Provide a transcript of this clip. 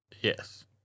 Yes